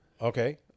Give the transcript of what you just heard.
Okay